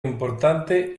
importante